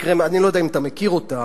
אני לא יודע אם אתה מכיר אותם,